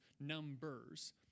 numbers